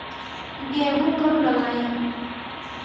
गेहूँ कब लगाएँ?